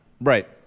right